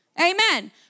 amen